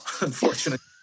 unfortunately